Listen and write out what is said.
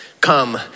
come